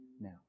Now